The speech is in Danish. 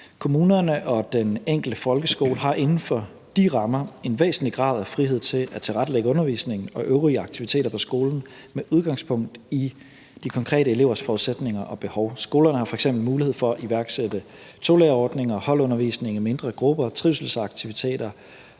Kommunerne og den enkelte folkeskole har inden for de rammer en væsentlig grad af frihed til at tilrettelægge undervisningen og øvrige aktiviteter på skolen med udgangspunkt i de konkrete elevers forudsætninger og behov. Skolerne har f.eks. mulighed for at iværksætte tolærerordninger, holdundervisning i mindre grupper, trivselsaktiviteter